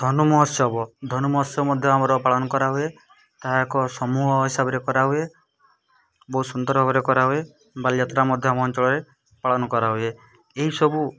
ଧନୁ ମହୋତ୍ସବ ଧନୁ ମହୋତ୍ସବ ମଧ୍ୟ ଆମର ପାଳନ କରା ହୁଏ ତାହା ଏକ ସମୂହ ହିସାବରେ କରା ହୁଏ ବହୁତ ସୁନ୍ଦର ଭାବରେ କରା ହୁଏ ବାଲିଯାତ୍ରା ମଧ୍ୟ ଆମ ଅଞ୍ଚଳରେ ପାଳନ କରା ହୁଏ ଏହିସବୁ